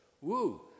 woo